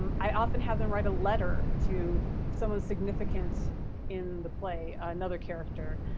um i often have them write a letter to someone significant in the play, another character.